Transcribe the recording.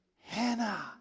Hannah